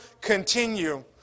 continue